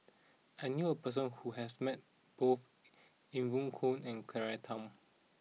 I knew a person who has met both Evon Kow and Claire Tham